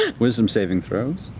wisdom saving throws.